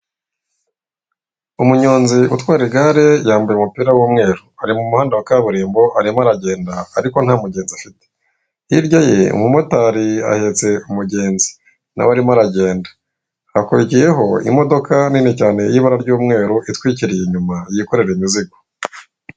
Umunyonzi utarwa igare, yambaye umupira w'umweru. Ari mu muhanda wa kaburimbo, arimo aragenda, ariko nta mugenzi afite. Hirya ye, umumotari ahetse umugenzi. Nawe arimo aragenda. Hakurikiyeho imodoka nini cyane y'ibara ry'umweru, itwikiriye inyuma, yikorera imizigo.